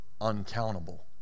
uncountable